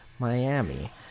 Miami